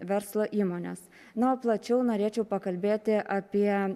verslo įmonės na o plačiau norėčiau pakalbėti apie